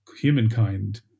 Humankind